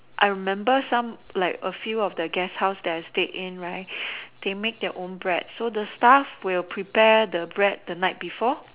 I remember some like a few of the guest house that I stayed in right they make their own bread so the staff will prepare the bread the night before